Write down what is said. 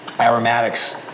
aromatics